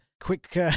quick